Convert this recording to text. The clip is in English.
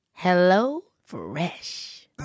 HelloFresh